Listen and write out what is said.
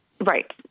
Right